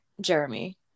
Jeremy